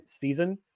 season